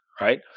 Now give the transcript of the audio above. right